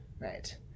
Right